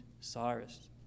Cyrus